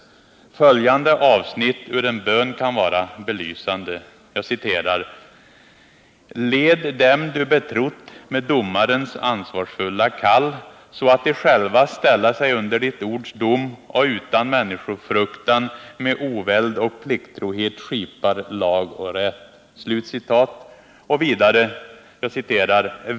Följande avsnitt ur en bön kan vara belysande: ”Led dem du betrott med domarens ansvarsfulla kall, så att de själva ställa sig under ditt ords dom och utan människofruktan, med oväld och plikttrohet, skipar lag och rätt.